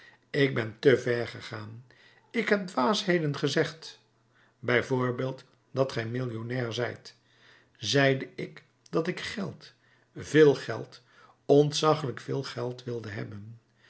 ik ben te ver gegaan ik heb dwaasheden gezegd bij voorbeeld omdat gij millionair zijt zeide ik dat ik geld veel geld ontzaggelijk veel geld wilde hebben